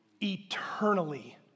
eternally